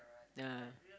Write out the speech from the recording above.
yea